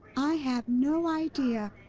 i have no idea.